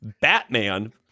Batman